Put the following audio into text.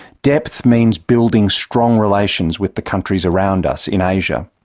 depth means building strong relations with the countries around us, in asia.